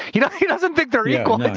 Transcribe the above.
you know he doesn't think they're equal.